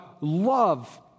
love